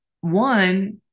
one